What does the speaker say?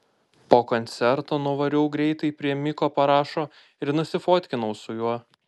po koncerto nuvariau greitai prie miko parašo ir nusifotkinau su juo